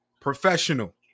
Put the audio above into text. professional